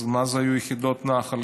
אז מה היו יחידות נח"ל?